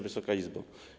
Wysoka Izbo!